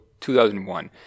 2001